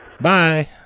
Bye